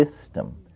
system